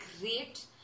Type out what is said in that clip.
great